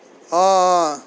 آ آ